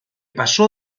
pasó